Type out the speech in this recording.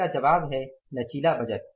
इसका जवाब है लचीला बजट